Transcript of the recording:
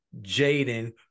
Jaden